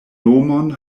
nomon